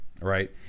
right